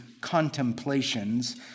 contemplations